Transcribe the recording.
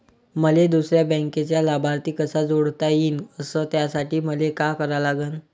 मले दुसऱ्या बँकेचा लाभार्थी कसा जोडता येईन, अस त्यासाठी मले का करा लागन?